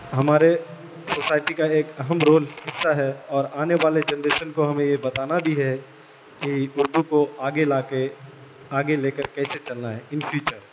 ہمارے سوسائٹی کا ایک اہم رول حصہ ہے اور آنے والے جنریشن کو ہمیں یہ بتانا بھی ہے کہ اردو کو آگے لا کے آگے لے کر کیسے چلنا ہے ان فیوچر